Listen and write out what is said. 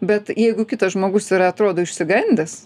bet jeigu kitas žmogus ir atrodo išsigandęs